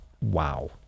wow